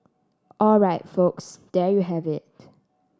all right folks there you have it